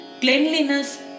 cleanliness